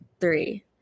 three